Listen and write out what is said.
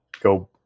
go